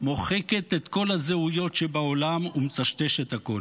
מוחקת את כל הזהויות שבעולם ומטשטשת הכול.